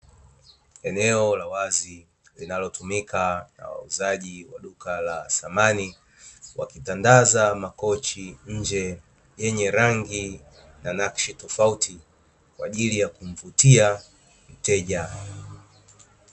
Eneo la wazi linalotumika na wauzaji wa duka la thamani, wakitandaza makochi nje yenye rangi na nakshi tofauti kwa ajili ya kumvutia mteja.